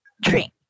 drink